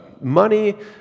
money